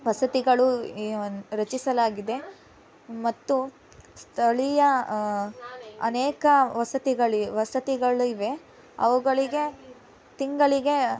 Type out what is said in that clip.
ವಸತಿಗಳು ಈ ವನ್ ರಚಿಸಲಾಗಿದೆ ಮತ್ತು ಸ್ಥಳೀಯ ಅನೇಕ ವಸತಿಗಳಿ ವಸತಿಗಳಿವೆ ಅವುಗಳಿಗೆ ತಿಂಗಳಿಗೆ